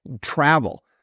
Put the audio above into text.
travel